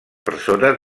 persones